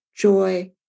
joy